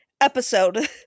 episode